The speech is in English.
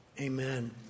amen